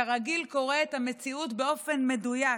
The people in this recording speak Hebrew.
כרגיל, קורא את המציאות באופן מדויק.